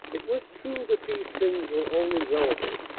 it was true that these things were only relative,